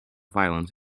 violence